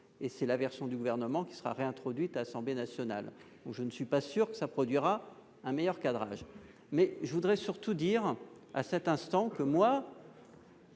et c'est la version du Gouvernement qui sera réintroduite à l'Assemblée nationale. Je ne suis pas sûr que cela assurera un meilleur encadrement ... Je voudrais surtout dire, à cet instant,